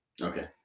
Okay